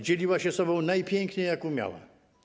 Dzieliła się sobą najpiękniej, jak umiała.